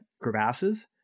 crevasses